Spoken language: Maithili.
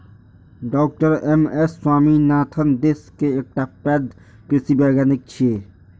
डॉ एम.एस स्वामीनाथन देश के एकटा पैघ कृषि वैज्ञानिक छियै